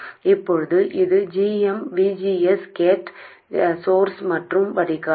இப்போது இது g m V G S gate source மற்றும் வடிகால்